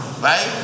right